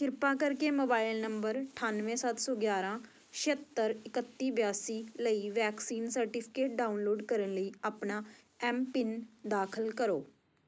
ਕਿਰਪਾ ਕਰਕੇ mobile number ਅਠਾਨਵੇਂ ਸੱਤ ਸੌ ਗਿਆਰਾਂ ਛੇਹੱਤਰ ਇਕੱਤੀ ਬਿਆਸੀ ਲਈ ਵੈਕਸੀਨ ਸਰਟੀਫਿਕੇਟ ਡਾਊਨਲੋਡ ਕਰਨ ਲਈ ਆਪਣਾ ਐਮ ਪਿੰਨ ਦਾਖਲ ਕਰੋ